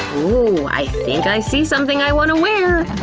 ooh! i think i see something i want to wear!